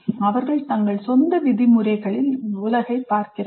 அவர்கள் தங்கள் சொந்த விதிமுறைகளில் உலகைப் பார்க்கிறார்கள்